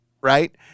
right